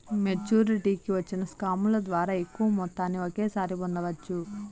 మెచ్చురిటీకి వచ్చిన స్కాముల ద్వారా ఎక్కువ మొత్తాన్ని ఒకేసారి పొందవచ్చు